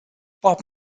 bob